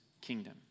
kingdom